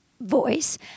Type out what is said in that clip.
voice